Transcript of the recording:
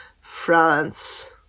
France